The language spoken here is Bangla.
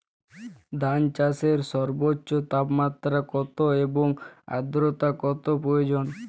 ধান চাষে সর্বোচ্চ তাপমাত্রা কত এবং আর্দ্রতা কত প্রয়োজন?